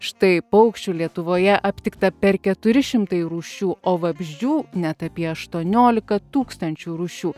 štai paukščių lietuvoje aptikta per keturi šimtai rūšių o vabzdžių net apie aštuoniolika tūkstančių rūšių